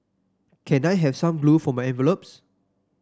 can I have some glue for my envelopes